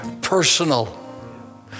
personal